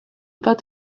but